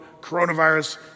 coronavirus